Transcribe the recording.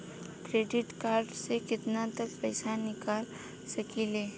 Credit card से केतना तक पइसा निकाल सकिले?